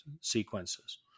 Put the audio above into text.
sequences